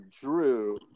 drew